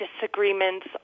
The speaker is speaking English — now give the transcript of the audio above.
disagreements